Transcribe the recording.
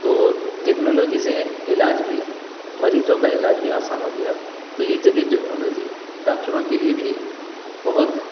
تو ٹیکنالوجی سے علاج بھی مریضوں کا علاج بھی آسان ہو گیا تو یہ جدید ٹیکنالوجی ڈاکٹروں کے لیے بھی بہت